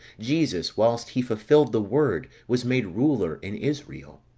jesus, whilst he fulfilled the word, was made ruler in israel.